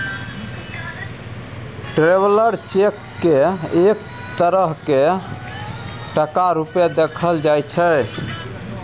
traveller cheque केँ एक तरहक टका रुपेँ देखल जाइ छै